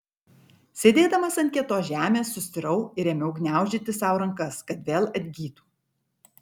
sėdėdamas ant kietos žemės sustirau ir ėmiau gniaužyti sau rankas kad vėl atgytų